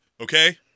Okay